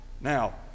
Now